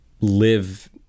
live